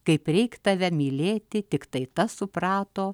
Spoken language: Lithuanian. kaip reik tave mylėti tiktai tas suprato